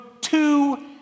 two